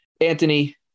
Anthony